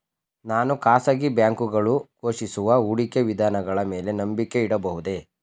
ನಾನು ಖಾಸಗಿ ಬ್ಯಾಂಕುಗಳು ಘೋಷಿಸುವ ಹೂಡಿಕೆ ವಿಧಾನಗಳ ಮೇಲೆ ನಂಬಿಕೆ ಇಡಬಹುದೇ?